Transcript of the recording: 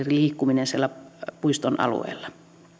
liikkuminen siellä puiston alueella